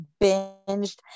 binged